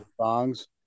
Songs